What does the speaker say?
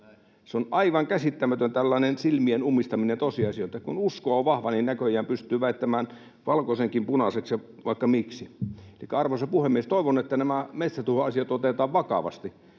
On aivan käsittämätöntä tällainen silmien ummistaminen tosiasioille. Kun usko on vahva, niin näköjään pystyy väittämään valkoisenkin punaiseksi ja vaikka miksi. Arvoisa puhemies! Toivon, että nämä metsätuhoasiat otetaan vakavasti.